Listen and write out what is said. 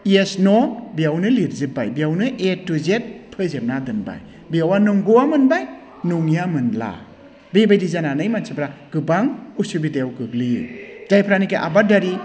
इयेस न' बेयावनो लिरजोब्बाय बेयावनो ए टु जेट फोजोबना दोनबाय बेवहा नंगौवा मोनबाय नङैआ मोनला बेबायदि जानानै मानसिफ्रा गोबां असुबिदायाव गोग्लैयो जायफ्रानोखि आबादारि